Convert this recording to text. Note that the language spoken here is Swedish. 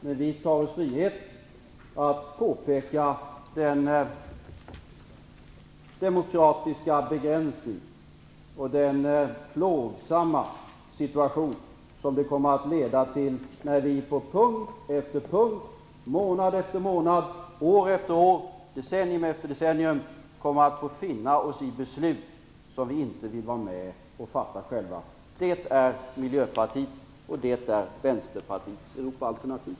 Men vi tar oss friheten att påpeka den demokratiska begränsning och den plågsamma situation som det kommer att leda till när vi på punkt efter punkt, månad efter månad, år efter år, decennium efter decennium kommer att få finna oss i beslut som vi inte vill vara med och fatta själva. Detta är Miljöpartiets och Vänsterpartiets Europaalternativ.